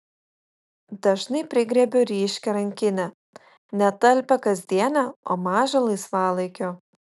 dažnai prigriebiu ryškią rankinę ne talpią kasdienę o mažą laisvalaikio